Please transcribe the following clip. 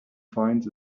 finds